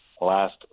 last